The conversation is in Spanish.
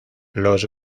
los